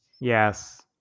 Yes